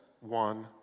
one